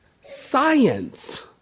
science